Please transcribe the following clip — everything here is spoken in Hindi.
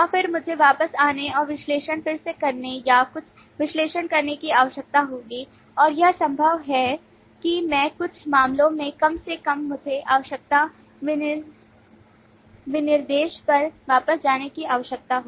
और फिर मुझे वापस जाने और विश्लेषण फिर से करने या कुछ और विश्लेषण करने की आवश्यकता होगी और यह बहुत संभव है कि मैं कुछ मामलों में कम से कम मुझे आवश्यकता विनिर्देश पर वापस जाने की आवश्यकता हो